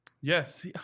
Yes